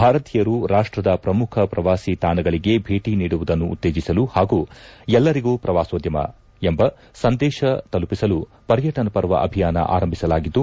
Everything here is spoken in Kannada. ಭಾರತೀಯರು ರಾಷ್ಟದ ಪ್ರಮುಖ ಪ್ರವಾಸಿ ತಾಣಗಳಿಗೆ ಭೇಟಿ ನೀಡುವುದನ್ನು ಉತ್ತೇಜಿಸಲು ಹಾಗೂ ಎಲ್ಲರಿಗೂ ಪ್ರವಾಸೋದ್ಲಮ ಎಂಬ ಸಂದೇಶ ತಲುಪಿಸಲು ಪರ್ಯಟನ ಪರ್ವ ಅಭಿಯಾನ ಆರಂಭಿಸಲಾಗಿದ್ದು